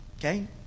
Okay